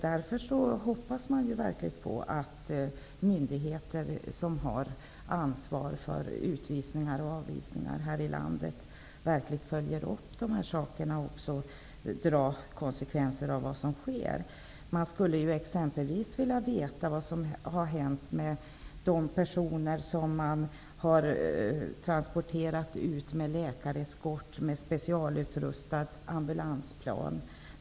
Därför hoppas man verkligen att de myndigheter som har ansvar för utvisningar och avvisningar här i landet följer upp dessa saker och drar konsekvenserna av vad som sker. Man skulle t.ex. vilja veta vad som har hänt med de personer som transporterats ut med läkareskort i specialutrustade ambulansplan.